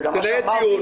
תנהל דיון,